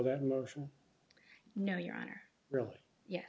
that motion no your honor really ye